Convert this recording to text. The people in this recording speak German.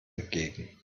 entgegen